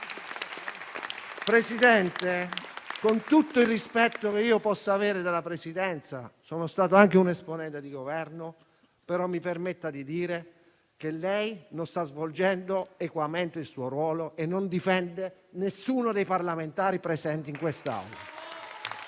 Presidente, con tutto il rispetto che posso avere della Presidenza, essendo stato anche un esponente di Governo, mi permetta di dire che lei non sta svolgendo equamente il suo ruolo e non difende nessuno dei parlamentari presenti in quest'Aula.